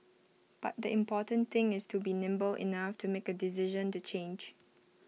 but the important thing is to be nimble enough to make A decision to change